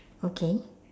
okay